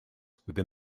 within